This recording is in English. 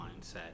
mindset